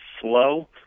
slow